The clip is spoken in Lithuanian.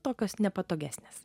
tokios nepatogesnės